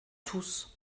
tous